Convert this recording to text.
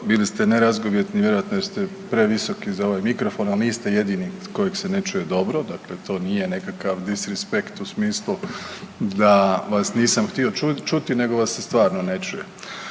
bili ste nerazgovjetni vjerojatno jer ste previsoki za ovaj mikrofon, a niste jedini kojeg se ne čuje dobro, dakle to nije nekakav disrispekt u smislu da vas nisam htio čuti nego vas se stvarno ne čuje.